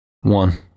One